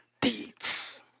deeds